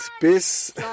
Bis